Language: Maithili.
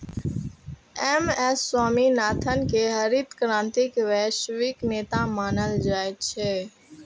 एम.एस स्वामीनाथन कें हरित क्रांतिक वैश्विक नेता मानल जाइ छै